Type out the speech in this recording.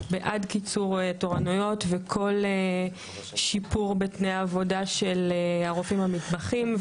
בעד קיצור תורנויות וכל שיפור בתנאי העבודה של הרופאים המתמחים,